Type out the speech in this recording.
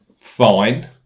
fine